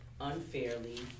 unfairly